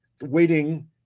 waiting